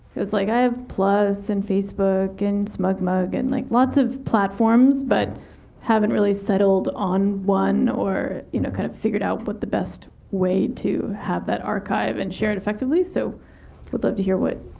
because like i have i plus and facebook and smugmug, and like lots of platforms, but haven't really settled on one or you know kind of figured out what the best way to have that archive and share it effectively. so i'd love to hear what